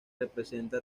representa